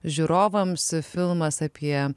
žiūrovams filmas apie